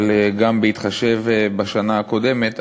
אבל גם בהתחשב בשנה הקודמת,